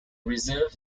reserve